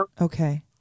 Okay